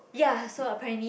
ya so apparently